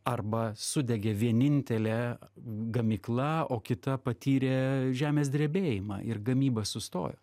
arba sudegė vienintelė gamykla o kita patyrė žemės drebėjimą ir gamyba sustojo